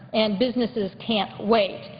and businesses can't wait.